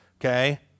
okay